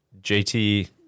JT